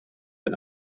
ein